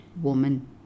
woman